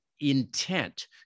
intent